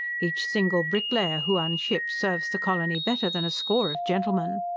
each single bricklayer who unships serves the colony better than a score of gentlemen.